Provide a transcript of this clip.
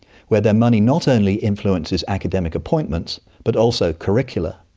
where their money not only influences academic appointments but also curricula.